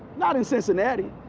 not in cincinnati.